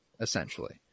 essentially